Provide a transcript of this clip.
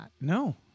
No